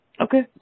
Okay